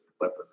weapon